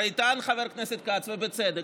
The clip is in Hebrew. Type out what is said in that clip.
הרי טען חבר הכנסת כץ, ובצדק: